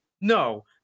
No